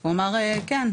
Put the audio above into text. הוא אמר כן,